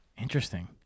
Interesting